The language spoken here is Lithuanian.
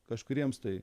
kažkuriems tai